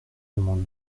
demande